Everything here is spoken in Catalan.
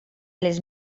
les